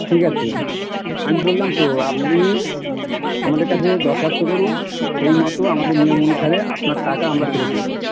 ঠিক আছে আমি বললাম তো আপনি আমাদের কাছে দরখাস্ত করুন সেই মতো আমাদের নিয়ম অনুসারে আপনার টাকা আমরা ফেরত দিয়ে দেবো